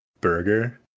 burger